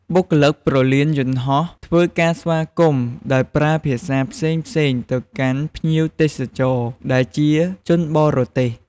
បុគ្គលិកព្រលានយន្តហោះ ធ្វើការស្វាគមន៍ ដោយប្រើភាសាផ្សេងៗទៅកាន់ភ្ញៀវទេសចរណ៍ ដែលជាជនបរទេស។